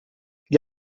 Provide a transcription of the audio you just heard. gli